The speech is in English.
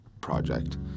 project